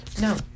No